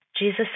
Jesus